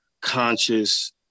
conscious